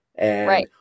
Right